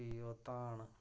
फ्ही ओह् धान